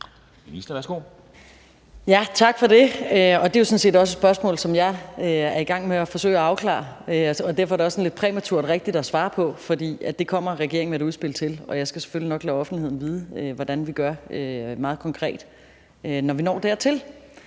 det. Det er jo sådan set også et spørgsmål, som jeg er i gang med at forsøge at afklare, og derfor er det også sådan lidt præmaturt rigtig at svare på det. For det kommer regeringen med et udspil til, og jeg skal selvfølgelig nok lade offentligheden vide, hvordan vi gør meget konkret, når vi når dertil.